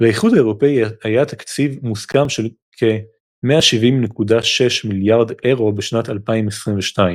לאיחוד האירופי היה תקציב מוסכם של כ-170.6 מיליארד אירו בשנת 2022,